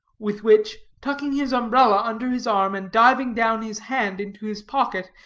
with which, tucking his umbrella under his arm, and diving down his hand into his pocket,